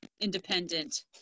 independent